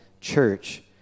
church